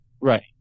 Right